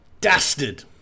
dastard